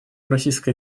российская